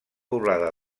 poblada